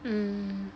mm